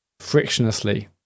frictionlessly